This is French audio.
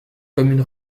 commune